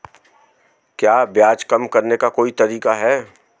क्या ब्याज कम करने का कोई तरीका है?